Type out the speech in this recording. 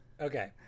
Okay